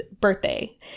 birthday